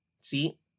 See